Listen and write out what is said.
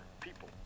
people